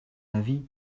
avis